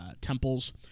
temples